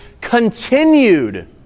continued